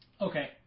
Okay